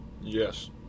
Yes